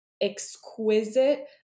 exquisite